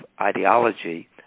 ideology